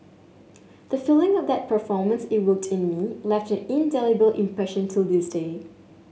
the feeling that performance evoked in me left indelible impression till this day